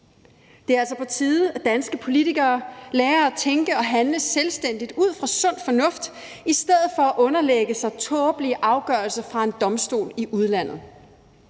Det er altså på tide, at danske politikere lærer at tænke og handle selvstændigt ud fra sund fornuft i stedet for at underlægge sig tåbelige afgørelser fra en domstol i udlandet.